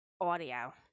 audio